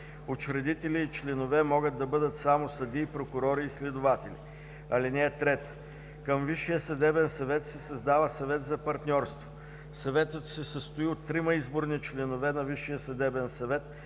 Учредители и членове могат да бъдат само съдии, прокурори и следователи. (3) Към Висшия съдебен съвет се създава Съвет за партньорство. Съветът се състои от трима изборни членове на